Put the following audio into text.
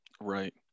Right